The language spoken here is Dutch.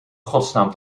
godsnaam